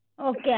Okay